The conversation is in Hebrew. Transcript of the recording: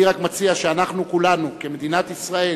אני רק מציע שאנחנו כולנו, מדינת ישראל